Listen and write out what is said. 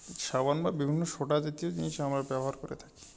সাবান বা বিভিন্ন সোডা জাতীয় জিনিস আমরা ব্যবহার করে থাকি